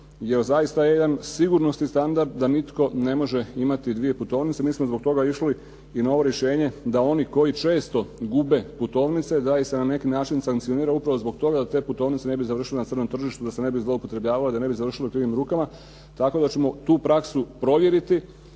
jer zaista jedan sigurnosni standard da nitko ne može imati dvije putovnice. Mi smo zbog toga išli i na ovo rješenje da oni koji često gube putovnice da ih se na neki način sankcionira upravo zbog toga da te putovnice ne bi završile na crnom tržištu, da se ne bi zloupotrjebljavale, da ne bi završile u krivim rukama. Tako da ćemo tu praksu provjeriti